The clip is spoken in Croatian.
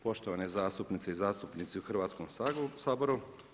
Poštovane zastupnice i zastupnici u Hrvatskom saboru.